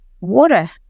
water